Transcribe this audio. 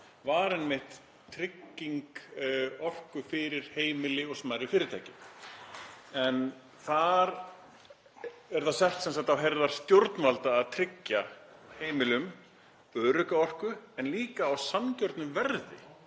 var einmitt trygging orku fyrir heimili og smærri fyrirtæki. Þar er það sett á herðar stjórnvalda að tryggja heimilum örugga orku en líka á sanngjörnu verði.